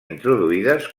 introduïdes